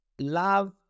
Love